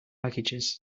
packages